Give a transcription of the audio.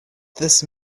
this